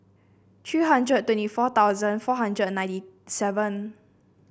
three hundred twenty four thousand four hundred ninety seven